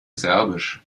serbisch